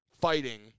fighting